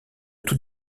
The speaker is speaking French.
tout